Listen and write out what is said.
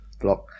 blog